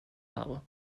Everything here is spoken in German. habe